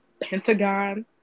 Pentagon